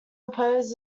opposed